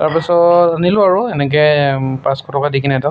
তাৰপাছত আনিলো আৰু এনেকৈ পাঁচশ টকা দি কিনে এটা